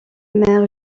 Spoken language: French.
mère